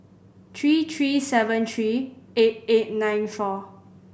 three three seven three eight eight nine four